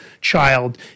child